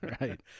Right